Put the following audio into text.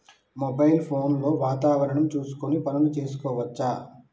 Mobile phone లో వాతావరణం చూసుకొని పనులు చేసుకోవచ్చా?